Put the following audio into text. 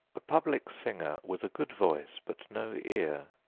a public singer with a good voice but no ear.